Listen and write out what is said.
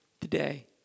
today